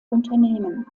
unternehmen